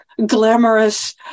glamorous